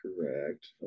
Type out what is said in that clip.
correct